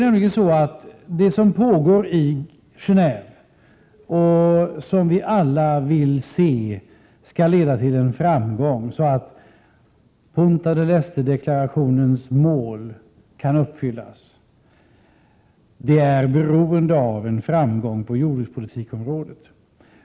Det som pågår i Gen&ve och som vi alla vill skall leda till en framgång, så att Punta del Este-deklarationens mål kan uppfyllas, är beroende av en framgång på jordbrukspolitikens område.